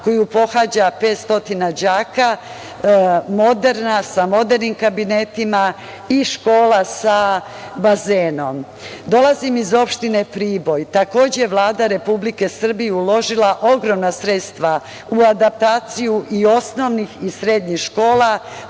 koju pohađa 500 đaka, moderna, sa modernim kabinetima i škola sa bazenom. Dolazim iz opštine Priboj. Takođe je Vlada Republike Srbije uložila ogromna sredstva u adaptaciju i osnovnih i srednjih škola.